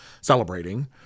celebrating